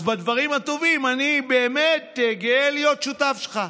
אז בדברים הטובים אני באמת גאה להיות שותף שלך,